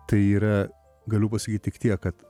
tai yra galiu pasakyt tik tiek kad